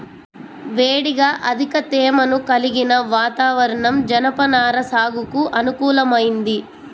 వేడిగా అధిక తేమను కలిగిన వాతావరణం జనపనార సాగుకు అనుకూలమైంది